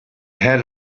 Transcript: had